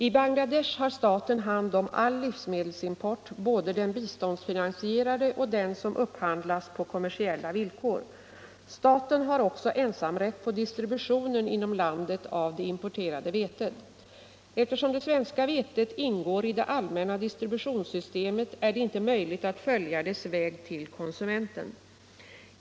I Bangladesh har staten hand om all livsmedelsimport, både den biståndsfinansierade och den som upphandlas på kommersiella villkor. Staten har också ensamrätt på distributionen inom landet av det importerade vetet. Eftersom det svenska vetet ingår i det allmänna distributionssystemet är det inte möjligt att följa dess väg till konsumenten.